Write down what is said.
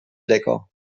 lecker